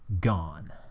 gone